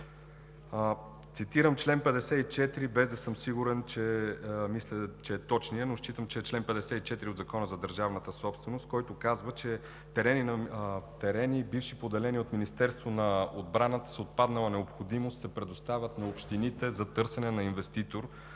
Цитирам, без да съм сигурен, че е точен, но считам, че е чл. 54 от Закона за държавната собственост, който казва, че „терени и бивши поделения от Министерството на отбраната с отпаднала необходимост се предоставят на общините за търсене на инвеститор“,